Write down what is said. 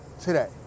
today